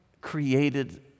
created